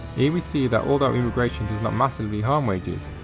here we see that although immigration does not massively harm wages,